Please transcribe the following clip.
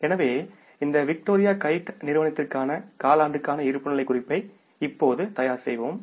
எனவே இந்த Victoria kite நிறுவனத்திற்கான காலாண்டுக்கான இருப்புநிலைக குறிப்பை இப்போது தயார் செய்வோம்